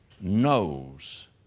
knows